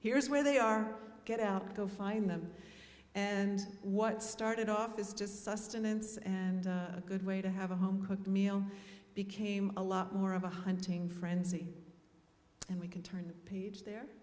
here's where they are get out go find them and what started off is just sustenance and a good way to have a home cooked meal became a lot more of a hunting frenzy and we can turn the page there